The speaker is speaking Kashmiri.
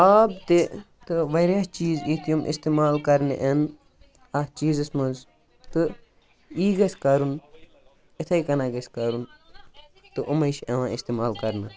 آب تہِ تہٕ واریاہ چیٖز یِتھ یِم اِستعمال کَرنہٕ اِن یِتھ چیٖزَس مَنٛز تہٕ یی گَژھِ کَرُن اِتھےکٔنۍ گَژھِ کَرُن تہٕ امے چھِ یِوان اِستعمال کَرنہٕ